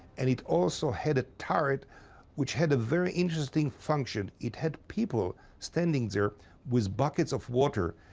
and it also had a turret which had a very interesting function it had people standing there with buckets of water,